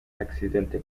accidente